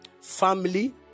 family